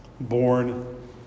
Born